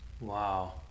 Wow